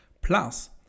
Plus